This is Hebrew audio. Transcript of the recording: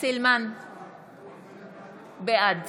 בעד